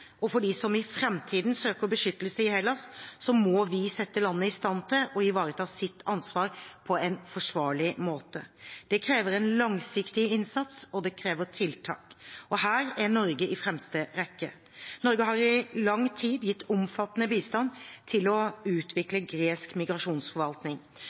og for dem som i framtiden søker beskyttelse i Hellas, må vi sette landet i stand til å ivareta sitt ansvar på en forsvarlig måte. Det krever langsiktig innsats, og det krever tiltak. Her er Norge i fremste rekke. Norge har i lang tid gitt omfattende bistand til å